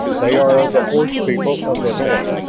they are of the horse people of the north.